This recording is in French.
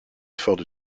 efforts